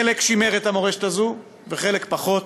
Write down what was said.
חלק שימרו את המורשת הזאת וחלק פחות,